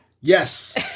Yes